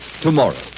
tomorrow